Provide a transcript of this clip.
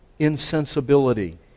insensibility